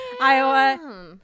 iowa